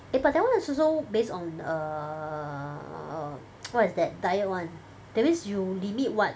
eh but that [one] is also based on err what is that diet [one] that means you limit what